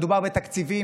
מדובר בתקציבים,